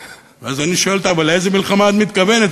ואז אני שואל אותה: אבל לאיזו מלחמה את מתכוונת?